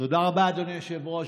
תודה רבה, אדוני היושב-ראש.